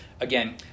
again